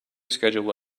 schedule